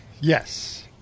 Yes